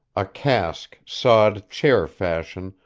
a cask, sawed chair-fashion,